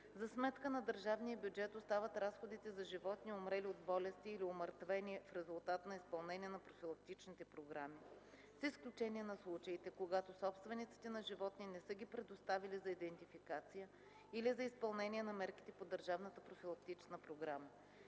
За сметка на държавния бюджет остават разходите за животни умрели от болести или умъртвени в резултат на изпълнение на профилактичните програми, с изключение на случаите, когато собствениците на животни не са ги предоставили за идентификация или за изпълнение на мерките по държавната профилактична програма.